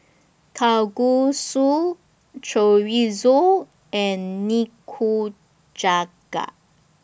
Kalguksu Chorizo and Nikujaga